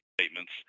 statements